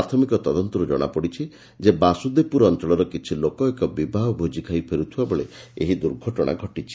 ପ୍ରାଥମିକ ତଦନ୍ତରୁ ଜଣାପଡ଼ିଛି ଯେ ବାସୁଦେବପୁର ଅଞ୍ଞଳର କିଛି ଲୋକ ଏକ ବିବାହ ଭୋଜି ଖାଇ ପେରୁଥିବା ବେଳେ ଏହି ଦୁର୍ଘଟଣା ଘଟିଛି